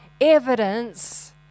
evidence